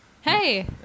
Hey